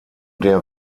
der